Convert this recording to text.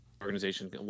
organization